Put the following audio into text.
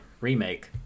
remake